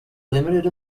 limited